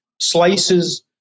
slices